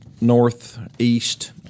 Northeast